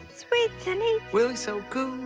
sweets and eats willie's so cool,